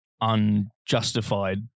unjustified